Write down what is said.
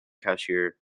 cashier